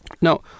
Now